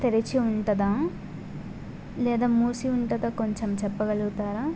తెరిచి ఉంటుందా లేదా మూసి ఉంటుందా కొంచెం చెప్పగలుగుతారా